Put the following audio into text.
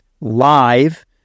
live